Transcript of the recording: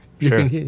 Sure